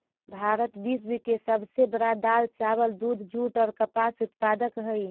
भारत विश्व के सब से बड़ा दाल, चावल, दूध, जुट और कपास उत्पादक हई